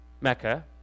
Mecca